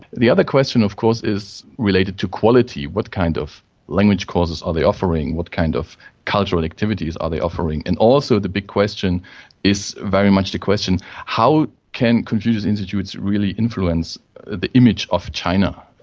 the other question of course is related to quality what kind of language courses are they offering? what kind of cultural activities are they offering? and also the big question is very much the question how can confucius institutes really influence the image of china?